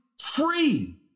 free